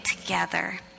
together